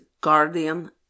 guardian